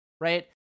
right